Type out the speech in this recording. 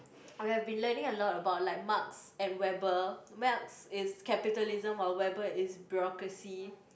I have been learning a lot about like Marx and Weber Marx is capitalism while Weber is bureaucracy